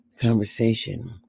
Conversation